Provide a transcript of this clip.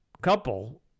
couple